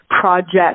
project